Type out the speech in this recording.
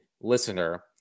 listener